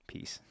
Peace